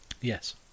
Yes